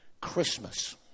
Christmas